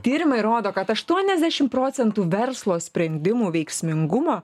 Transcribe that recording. tyrimai rodo kad aštuoniasdešimt procentų verslo sprendimų veiksmingumo